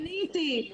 עניתי על